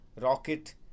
Rocket